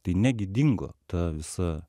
tai negi dingo ta visa